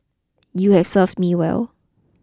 you have served me well